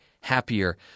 happier